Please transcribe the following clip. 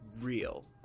real